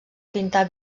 pintar